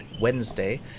Wednesday